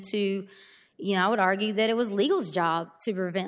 to you know i would argue that it was legal job to prevent